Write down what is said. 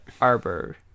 Arbor